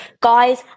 guys